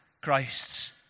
Christ's